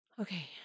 Okay